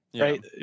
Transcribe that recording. Right